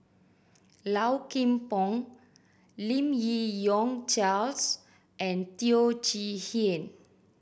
Lau Kim Pong Lim Yi Yong Charles and Teo Chee Hean